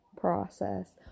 process